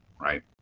right